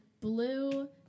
blue